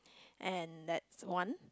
and that's one